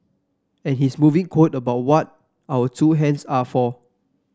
and his moving quote about what our two hands are for